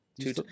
Two